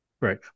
Right